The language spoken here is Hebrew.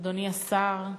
אדוני השר,